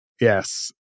Yes